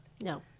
no